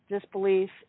disbelief